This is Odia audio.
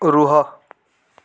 ରୁହ